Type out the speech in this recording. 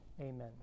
Amen